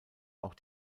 auch